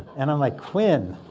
and i'm like, quinn,